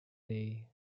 day